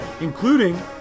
including